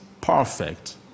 perfect